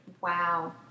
Wow